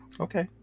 okay